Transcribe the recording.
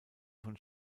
von